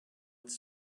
its